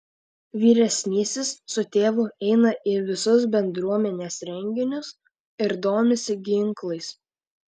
vyresnysis su tėvu eina į visus bendruomenės renginius ir domisi ginklais